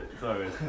Sorry